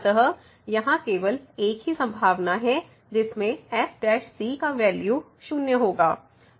अतः यहाँ केवल एक ही संभावना है जिसमें f का वैल्यू शून्य होगा